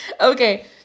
okay